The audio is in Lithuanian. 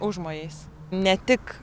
užmojais ne tik